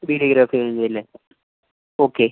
videography ഒന്നുമില്ലേ okay